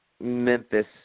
Memphis